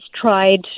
tried